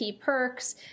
perks